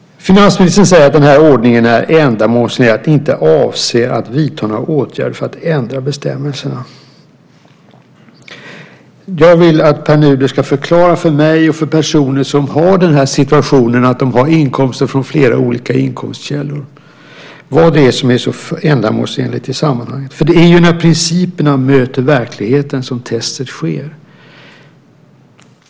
Finansministern säger att den här ordningen är ändamålsenlig och att man inte avser att vidta några åtgärder för att ändra bestämmelserna. Jag vill att Pär Nuder förklarar för mig och för personer som har den situationen att de har inkomst från flera olika källor vad som är så ändamålsenligt. Det är ju när principerna möter verkligheten som testet sker.